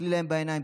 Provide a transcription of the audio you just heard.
תסתכלי להם בעיניים,